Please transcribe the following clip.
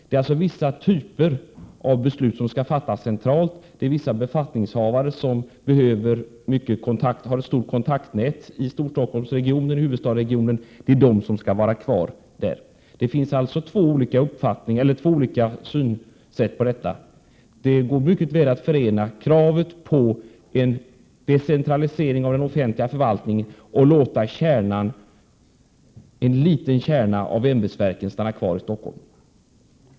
Det är alltså vissa typer av beslut som skall fattas centralt. Det är vissa befattningshavare, som har ett stort kontaktnät i Storstockholmsregionen, som skall vara kvar här. Här finns alltså två olika synsätt. Det går mycket bra att förena kravet på en decentralisering av den offentliga förvaltningen med kravet att låta en liten kärna av ämbetsverken stanna kvar i Stockholm.